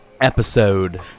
episode